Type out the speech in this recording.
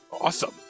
awesome